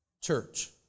church